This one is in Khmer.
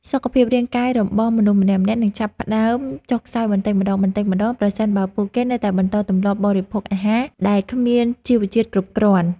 សុខភាពរាងកាយរបស់មនុស្សម្នាក់ៗនឹងចាប់ផ្តើមចុះខ្សោយបន្តិចម្តងៗប្រសិនបើពួកគេនៅតែបន្តទម្លាប់បរិភោគអាហារដែលគ្មាន ជីវជាតិគ្រប់គ្រាន់។